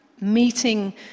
meeting